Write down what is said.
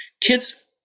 kids